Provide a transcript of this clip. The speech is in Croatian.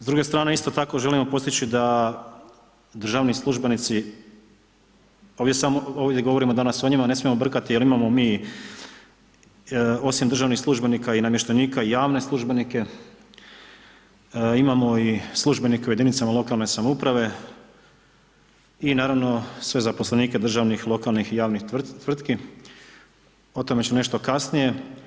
S druge strane isto tako želimo postići da državni službenici, ovdje govorimo danas o njima, ne smijemo brkati jer imamo mi osim državnih službenika i namještenika i javne službenike, imamo i službenike u jedinicama lokalne samouprave i naravno sve zaposlenike državnih, lokalnih i javnih tvrtki, o tome ću nešto kasnije.